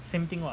same thing [what]